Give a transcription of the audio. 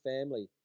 family